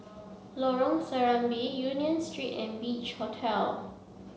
Lorong Serambi Union Street and Beach Hotel